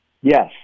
yes